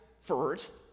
first